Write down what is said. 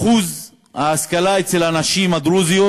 אחוז ההשכלה של הנשים הדרוזיות